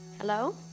hello